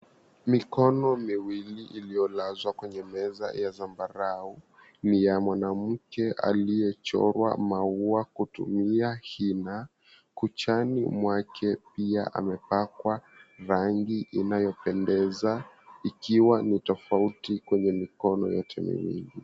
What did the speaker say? Mikono miwili iliolazwa kwenye meza ya zambarau ni ya mwanamke aliyechorwa maua kutumia henna. Kuchani mwake pia amepakwa rangi inayopendeza ikiwa ni tofauti kwenye mikono yote miwili.